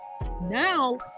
now